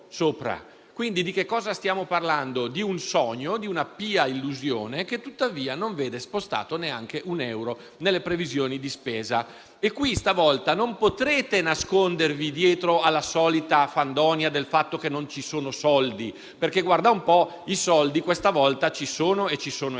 Quindi di cosa stiamo parlando? Di un sogno, di una pia illusione che tuttavia non vede spostato neanche un euro nelle previsioni di spesa. Questa volta non potrete nascondervi dietro alla solita fandonia del fatto che non ci sono soldi, perché - guarda un po' - i soldi questa volta ci sono, ci sono eccome.